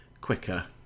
quicker